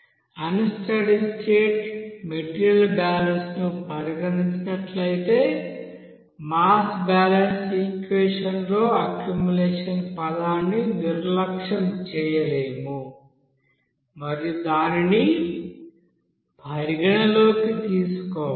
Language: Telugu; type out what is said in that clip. అన్ స్టడీ స్టేట్ మెటీరియల్ బ్యాలెన్స్ను పరిగణించినట్లయితే మాస్ బ్యాలెన్స్ ఈక్వెషన్ లో అక్యుములేషన్ పదాన్ని నిర్లక్ష్యం చేయలేము మరియు దానిని పరిగణనలోకి తీసుకోవాలి